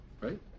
Right